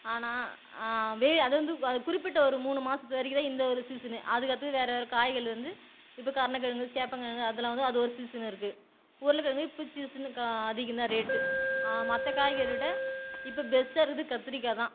ஆனால் வெயில் அது வந்து அது குறிப்பிட்ட ஒரு மூணு மாசத்து வரைக்குந்தான் இந்த ஒரு சீசனு அதுக்கு அடுத்தது வேற வேற காய்கள் வந்து இப்போ கருணக்கிழங்கு சேப்பங்கிழங்கு அதெல்லாம் வந்து அது ஒரு சீசனு இருக்குது உருளக்கிழங்கு இப்போ சீசனுக்கு அதிகம் தான் ரேட்டு மற்ற காய்கறியை விட இப்போ பெஸ்ட்டாக இருக்கிறது கத்திரிக்காய் தான்